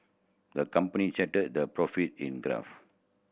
the company charted their profit in graph